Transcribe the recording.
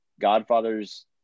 Godfather's